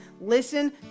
Listen